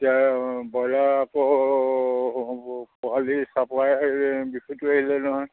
এতিয়া ব্ৰইলাৰ আকৌ পোৱালি চাপ্লাই বিষয়টো আহিলে নহয়